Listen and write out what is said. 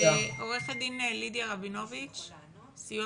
עו"ד לידיה רבינוביץ מהסיוע